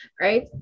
right